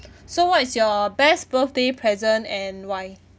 so what is your best birthday present and why